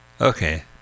Okay